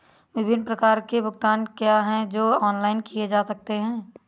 विभिन्न प्रकार के भुगतान क्या हैं जो ऑनलाइन किए जा सकते हैं?